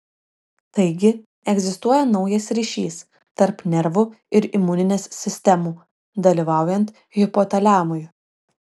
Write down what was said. taigi egzistuoja naujas ryšys tarp nervų ir imuninės sistemų dalyvaujant hipotaliamui